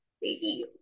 baby